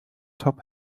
top